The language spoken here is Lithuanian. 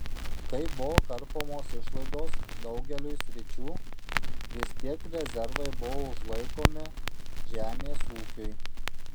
kai buvo karpomos išlaidos daugeliui sričių vis tiek rezervai buvo užlaikomi žemės ūkiui